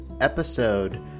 episode